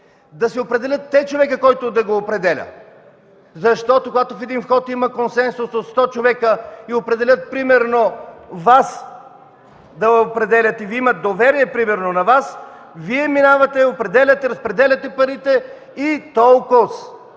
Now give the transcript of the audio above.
да си определят те човека, който да го определя. Когато в един вход има консенсус от 100 човека и определят, примерно Вас да определяте, имат доверие на Вас, Вие минавате, определяте, разпределяте парите – и толкоз!